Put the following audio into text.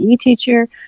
teacher